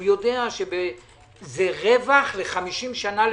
הוא יודע שזה רווח לחמישים שנה לפחות.